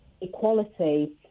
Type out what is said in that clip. equality